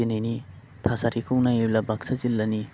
दिनैनि थासारिखौ नायोब्ला बाक्सा जिल्लानि